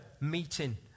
meeting